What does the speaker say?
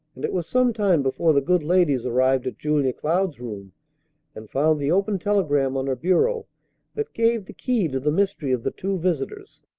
and it was some time before the good ladies arrived at julia cloud's room and found the open telegram on her bureau that gave the key to the mystery of the two visitors.